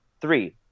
three